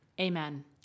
Amen